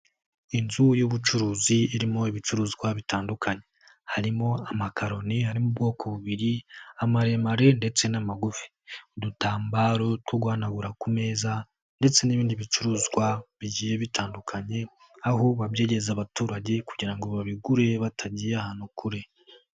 Inzu y'ubucuruzi irimo ibicuruzwa bitandukanye harimo amakaroni, harimo ubwoko bubiri amaremare ndetse n'amagufi, udutambaro two guhanagura ku meza ndetse n'ibindi bicuruzwa bigiye bitandukanye aho babyegereza abaturage kugira ngo babigure batagiye ahantu kure.